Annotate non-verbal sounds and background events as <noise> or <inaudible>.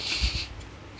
<laughs>